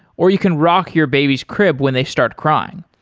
or you can rock your baby's crib when they start crying.